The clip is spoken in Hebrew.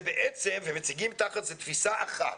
זה בעצם, ומציגים תחת זה תפיסה אחת,